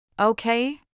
Okay